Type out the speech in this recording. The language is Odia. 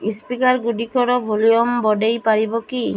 ସ୍ପିକର୍ ଗୁଡ଼ିକର ଭଲ୍ୟୁମ୍ ବଢ଼ାଇପାରିବ କି